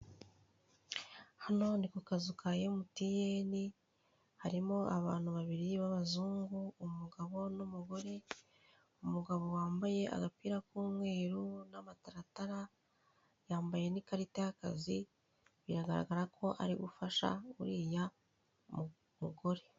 Hano ni ku kazu ka Emutiyene, harimo abantu babiri b'abazungu umugabo n'umugore, umugabo wambaye agapira k'umweru n'amataratara yambaye n'ikarita y'akazi, biragaragara ko ari gufasha uriya mugore.